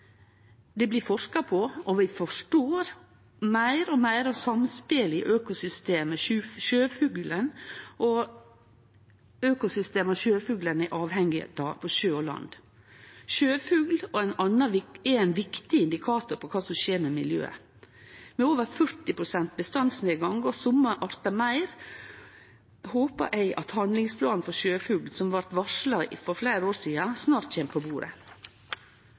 Det blir forska på, og vi forstår meir og meir av samspelet i økosystema sjøfuglane er avhengige av, på sjø og land. Sjøfugl er ein viktig indikator på kva som skjer med miljøet. Med over 40 pst. bestandsnedgang, og for somme artar meir, håpar eg at handlingsplanen for sjøfugl, som blei varsla for fleire år sidan, snart kjem på bordet.